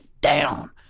down